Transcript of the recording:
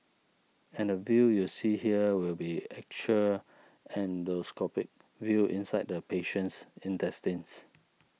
and the view you see here will be actual endoscopic view inside the patient's intestines